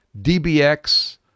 DBX